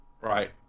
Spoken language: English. right